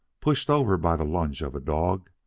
pushed over by the lunge of a dog,